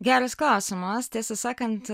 geras klausimas tiesą sakant